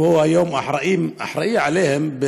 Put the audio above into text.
שהוא היום אחראי להם,